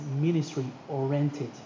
ministry-oriented